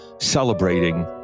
celebrating